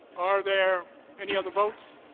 are there any other votes?